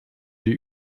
die